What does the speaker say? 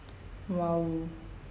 !wow!